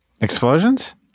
Explosions